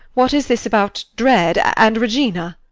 what is this about dread and regina?